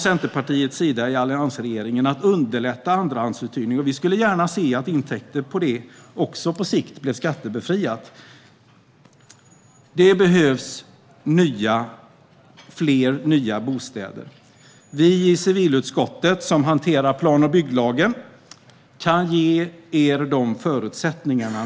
Centerpartiet och alliansregeringen underlättade andrahandsuthyrning, och vi ser gärna att intäkter från sådan uthyrning på sikt blir skattebefriade. Det behövs fler nya bostäder. Vi i civilutskottet, som hanterar plan och bygglagen, kan ge förutsättningarna.